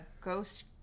Ghost